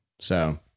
so-